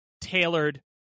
tailored